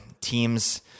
teams